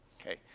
okay